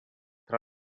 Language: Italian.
tra